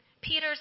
Peter's